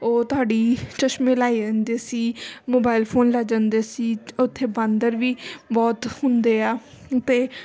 ਉਹ ਤੁਹਾਡੀ ਚਸ਼ਮੇ ਲੈ ਜਾਂਦੇ ਸੀ ਮੋਬਾਇਲ ਫੋਨ ਲੈ ਜਾਂਦੇ ਸੀ ਉੱਥੇ ਬਾਂਦਰ ਵੀ ਬਹੁਤ ਹੁੰਦੇ ਆ ਅਤੇ